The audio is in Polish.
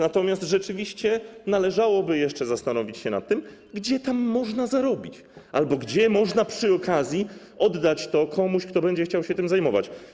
Natomiast rzeczywiście należałoby jeszcze zastanowić się nad tym, gdzie tam można zarobić albo gdzie można przy okazji oddać to komuś, kto będzie chciał się tym zajmować.